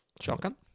Shotgun